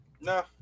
No